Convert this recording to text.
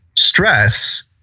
Stress